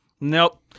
Nope